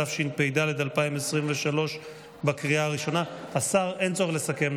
התשפ"ד 2023. השר אמסלם,